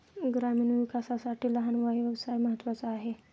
ग्रामीण विकासासाठी लहान व्यवसाय महत्त्वाचा आहे